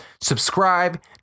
Subscribe